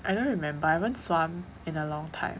I don't remember I haven't even swum in a long time